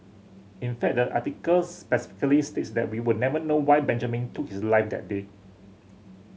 in fact the article specifically states that we will never know why Benjamin took his life that day